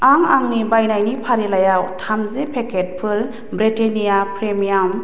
आं आंनि बायनायनि फारिलाइयाव थामजि पेकेटफोर ब्रिटेन्निया प्रिमियाम